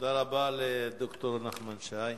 תודה רבה לד"ר נחמן שי.